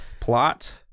Plot